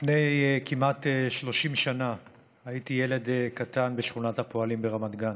לפני כמעט 30 שנה הייתי ילד קטן בשכונת הפועלים ברמת גן.